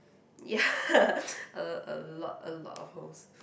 ya a a lot a lot of holes